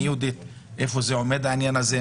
אם אפשר לשמוע מיהודית איפה זה עומד העניין הזה?